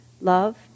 love